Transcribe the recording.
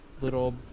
little